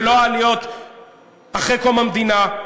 ולא העליות אחרי קום המדינה,